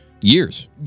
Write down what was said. years